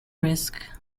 risk